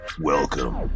Welcome